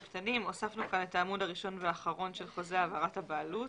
הוספנו כאן את העמוד הראשון והאחרון של חוזה העברת הבעלות,